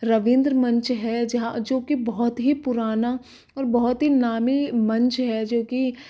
रवींद्र मंच है जहाँ जो कि बहुत ही पुराना और बहुत ही नामी मंच है जो कि